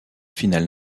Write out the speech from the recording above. finale